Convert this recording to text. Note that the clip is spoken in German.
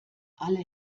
alle